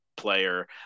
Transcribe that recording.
player